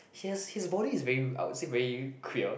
he has his body is very I would say very queer